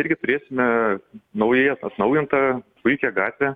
irgi turėsime naują atnaujintą puikią gatvę